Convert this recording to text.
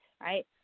right